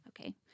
Okay